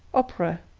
opera,